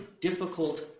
difficult